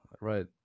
right